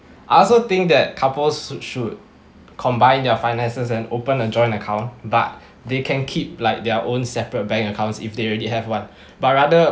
I also think that couples should should combine their finances and open a joint account but they can keep like their own separate bank accounts if they already have one but rather